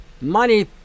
money